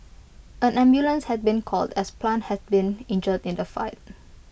an ambulance had been called as plant had been injured in the fight